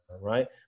right